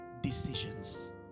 Decisions